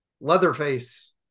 Leatherface